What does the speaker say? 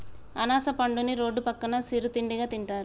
అనాస పండుని రోడ్డు పక్కన సిరు తిండిగా తింటారు